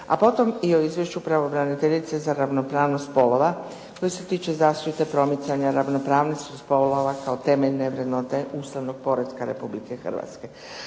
a potom i o izvješću pravobraniteljice za ravnopravnost spolova koji se tiče zaštite promicanja ravnopravnosti spolova kao temeljne vrednote ustavnog poretka Republike Hrvatske.